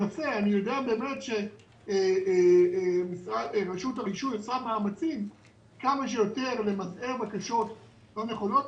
אני יודע שרשות הרישוי עושה מאמצים כמה שיותר למזער בקשות לא נכונות.